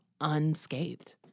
unscathed